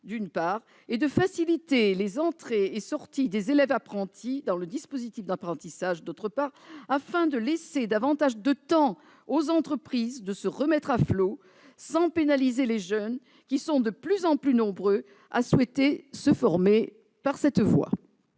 de faciliter les entrées et sorties des élèves apprentis dans le dispositif d'apprentissage, afin de laisser davantage de temps aux entreprises de se remettre à flot sans pénaliser les jeunes, qui sont de plus en plus nombreux à souhaiter se former par cette voie